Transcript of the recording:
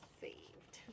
saved